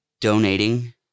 donating